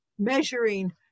measuring